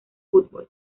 fútbol